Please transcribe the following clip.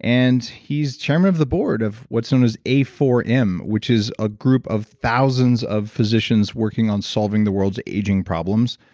and he's chairman of the board of what's known as a four m, which is a group of thousands of physicians working on solving the world's aging problems.